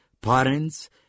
parents